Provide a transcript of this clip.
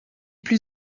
plus